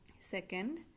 Second